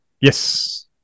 Yes